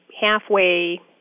halfway